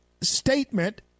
statement